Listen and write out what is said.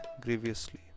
grievously